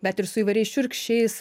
bet ir su įvairiais šiurkščiais